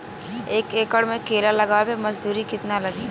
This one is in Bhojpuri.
एक एकड़ में केला लगावे में मजदूरी कितना लागी?